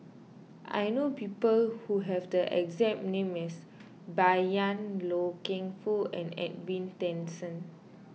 I know people who have the exact name as Bai Yan Loy Keng Foo and Edwin Tessensohn